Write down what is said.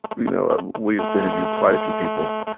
you know, we've interviewed quite a few people,